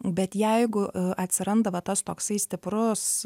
bet jeigu atsiranda va tas toksai stiprus